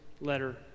letter